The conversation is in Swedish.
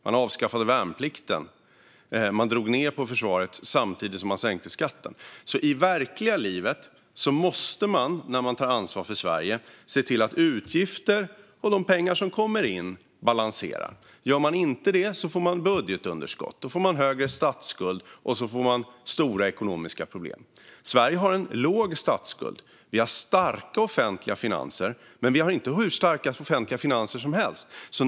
Man avskaffade värnplikten och drog ned på försvaret samtidigt som man sänkte skatten. I det verkliga livet måste man, när man tar ansvar för Sverige, se till att utgifter och de pengar som kommer in balanserar. Om man inte gör det får man budgetunderskott. Då får man en högre statsskuld, och så får man stora ekonomiska problem. Sverige har en låg statsskuld. Vi har starka offentliga finanser, men vi har inte hur starka offentliga finanser som helst.